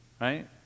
Right